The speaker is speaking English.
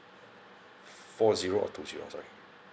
four zero or two zero sorry